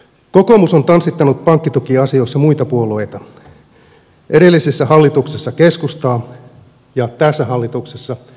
kokoomus on tanssittanut pankkitukiasioissa muita puolueita edellisessä hallituksessa keskustaa ja tässä hallituksessa demareita